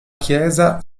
chiesa